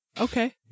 okay